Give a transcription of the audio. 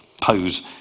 pose